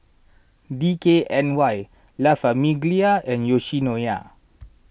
D K N Y La Famiglia and Yoshinoya